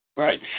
Right